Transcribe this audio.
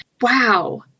Wow